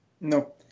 No